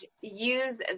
use